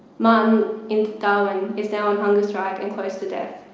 martin in darwin, is now on hunger strike and close to death.